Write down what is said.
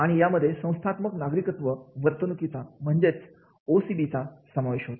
व आणि यामध्ये संस्थात्मक नागरिकत्व वर्तणुकीचा म्हणजेच ओ सी बी होय